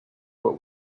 but